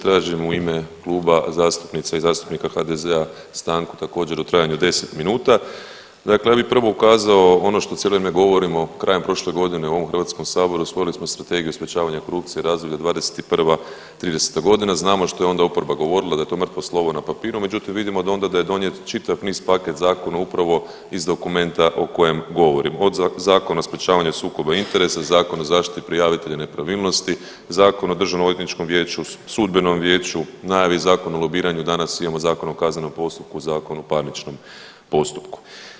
Tražim u ime Kluba zastupnica i zastupnika HDZ-a stanku također u trajanju od 10 minuta, dakle ja bi prvo ukazao ono što cijelo vrijeme govorimo, krajem prošle godine u ovom HS-u usvojili smo Strategiju sprječavanja korupcije razdoblje 2021.-2030.g. znamo što je onda oporba govorila da je to mrtvo slovo na papiru, međutim vidimo da je od onda donijet čitav niz paket zakona upravo iz dokumenta o kojem govorim, od Zakona o sprječavanju sukoba interesa, Zakona o zaštiti prijavitelja nepravilnosti, Zakon o Državnom odvjetničkom vijeću, sudbenom vijeću, najavi Zakona o lobiranju, danas imamo Zakon o kaznenom postupku, Zakon o parničnom postupku.